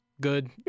Good